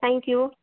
thank you